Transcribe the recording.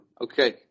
Okay